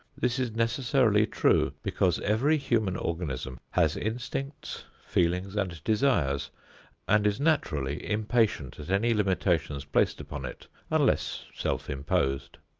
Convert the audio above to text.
this is necessarily true because every human organism has instincts, feelings and desires and is naturally impatient at any limitations placed upon it unless self-imposed.